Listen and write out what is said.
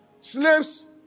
Slaves